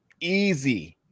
easy